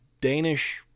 danish